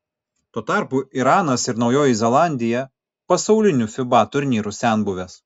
tuo tarpu iranas ir naujoji zelandija pasaulinių fiba turnyrų senbuvės